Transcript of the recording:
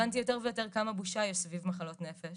הבנתי יותר ויותר כמה בושה יש סביב מחלות נפש